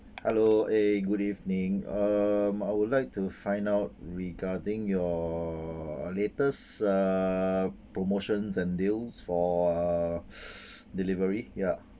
hello eh good evening uh I would like to find out regarding your latest uh promotions and deals for uh delivery ya